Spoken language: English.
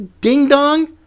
ding-dong